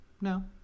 No